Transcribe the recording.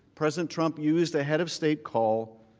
president trump used a head of state call,